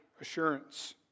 assurance